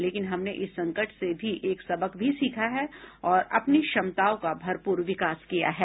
लेकिन हमने इस संकट से भी एक सबक भी सीखा है और अपनी क्षमताओं का भरपूर विकास किया है